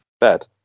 Bad